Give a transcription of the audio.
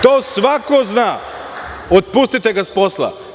To svako zna, otpustite ga s posla.